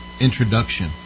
introduction